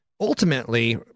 ultimately